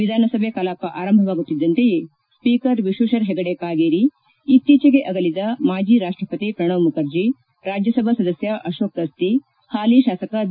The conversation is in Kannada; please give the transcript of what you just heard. ವಿಧಾನಸಭೆ ಕಲಾಪ ಆರಂಭವಾಗುತ್ತಿದ್ದಂತೆಯೇ ಸ್ವೀಕರ್ ವಿಶ್ವೇಶ್ವರ್ ಹೆಗಡೆ ಕಾಗೇರಿ ಇತ್ತೀಚೆಗೆ ಅಗಲಿದ ಮಾಜಿ ರಾಷ್ಟಪತಿ ಪ್ರಣವ್ ಮುಖರ್ಜಿ ರಾಜ್ಯಸಭಾ ಸದಸ್ಯ ಅಶೋಕ್ ಗಸ್ತಿ ಹಾಲಿ ಶಾಸಕ ಬಿ